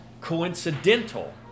coincidental